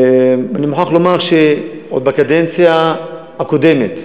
אני מוכרח לומר שעוד בקדנציה הקודמת,